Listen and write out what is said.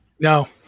No